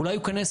נרשמת